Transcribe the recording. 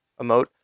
emote